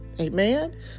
Amen